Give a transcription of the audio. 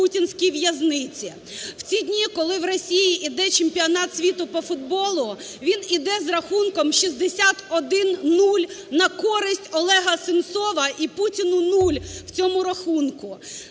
в ці дні, коли в Росії іде Чемпіонат світу по футболу, він іде з рахунком 61:0 на користь Олега Сенцова, і Путіну нуль в цьому рахунку.